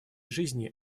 жизни